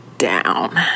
down